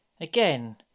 again